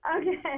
Okay